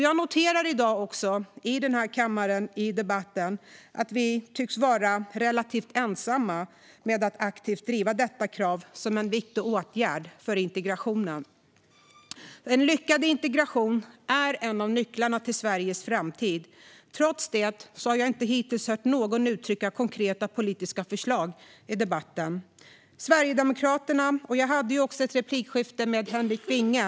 Jag noterar i debatten i dag att vi tycks vara relativt ensamma med att aktivt driva detta krav som en viktig åtgärd för integrationen. En lyckad integration är en av nycklarna till Sveriges framtid. Trots detta har jag hittills inte hört någon uttrycka konkreta politiska förslag i den här debatten. Jag hade ett replikskifte med Henrik Vinge.